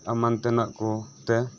ᱮᱢᱟᱱ ᱛᱟᱱᱟᱜ ᱠᱚ ᱛᱮ